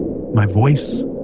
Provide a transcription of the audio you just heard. my voice,